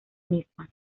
misma